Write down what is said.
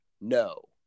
No